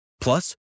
Plus